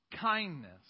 kindness